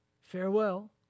farewell